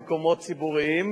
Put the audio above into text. אתה לא חושב שיש פה שערורייה?